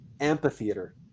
amphitheater